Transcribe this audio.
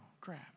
crap